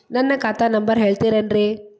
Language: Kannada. ನನ್ನ ಖಾತಾ ನಂಬರ್ ಹೇಳ್ತಿರೇನ್ರಿ?